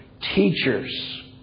teachers